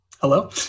Hello